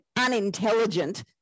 unintelligent